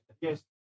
Yes